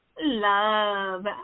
Love